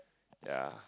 ya